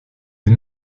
des